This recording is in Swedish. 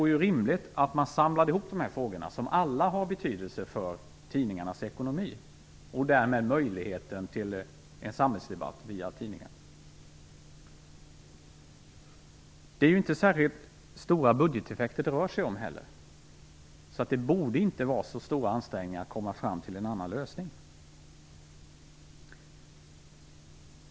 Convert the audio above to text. Det vore rimligt att samla ihop dessa frågor som alla har betydelse för tidningarnas ekonomi och därmed för möjligheten till en samhällsdebatt via tidningar. Det är inte särskilt stora budgeteffekter det rör sig om, så det borde inte kräva så stora ansträngningar att komma fram till en annan lösning.